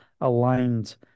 aligned